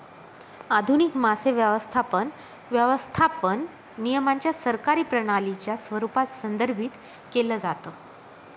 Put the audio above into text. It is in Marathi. आधुनिक मासे व्यवस्थापन, व्यवस्थापन नियमांच्या सरकारी प्रणालीच्या स्वरूपात संदर्भित केलं जातं